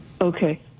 Okay